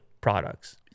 products